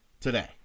today